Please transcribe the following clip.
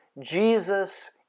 Jesus